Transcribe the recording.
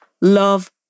Love